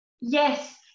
Yes